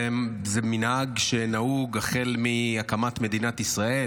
זה מנהג שנהוג החל מהקמת מדינת ישראל,